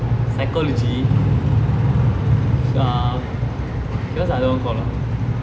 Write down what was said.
psychology err what's the other one called ah